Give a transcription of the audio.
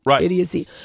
idiocy